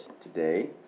today